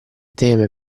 teme